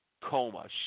coma